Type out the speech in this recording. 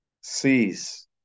sees